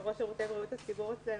לתת לראש שירותי בריאות הציבור אצלנו,